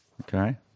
Okay